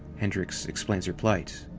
hendricks explains her plight,